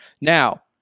Now